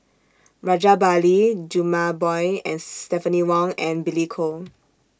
Rajabali Jumabhoy Stephanie Wong and Billy Koh